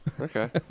Okay